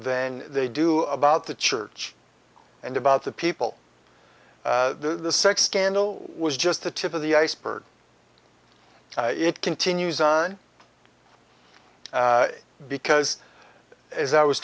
than they do about the church and about the people the sex scandal was just the tip of the iceberg it continues on because as i was